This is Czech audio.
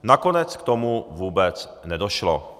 Nakonec k tomu vůbec nedošlo.